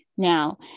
now